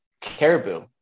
caribou